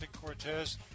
cortez